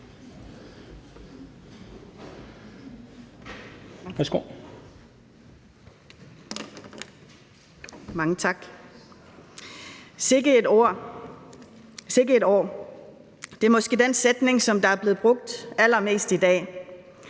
Mange tak. Sikke et år. Det er måske den sætning, der er blevet brugt allermest i dag,